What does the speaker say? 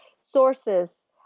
sources